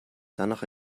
danach